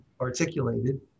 articulated